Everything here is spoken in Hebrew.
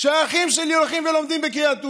האחים שלי הולכים ולומדים בקריית אונו.